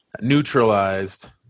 Neutralized